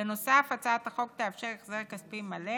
בנוסף, הצעת החוק תאפשר החזר כספי מלא